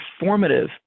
informative